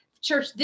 Church